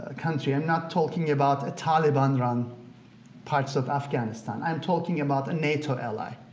ah country. i'm not talking about a taliban-run parts of afghanistan. i'm talking about a nato ally,